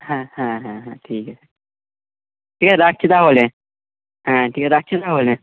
হ্যাঁ হ্যাঁ হ্যাঁ হ্যাঁ ঠিক আছে ঠিক আছে রাখছি তাহলে হ্যাঁ ঠিক আছে রাখছি তাহলে